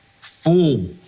fool